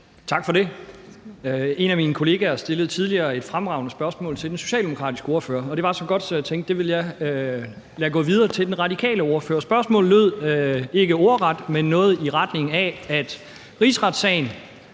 Tak for det. En af mine kollegaer stillede tidligere et fremragende spørgsmål til den socialdemokratiske ordfører. Det var så godt, at jeg tænkte, at jeg ville lade det gå videre til den radikale ordfører. Spørgsmålet lød ikke ordret, men noget i retning af, at rigsretssagen